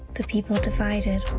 the people deified it,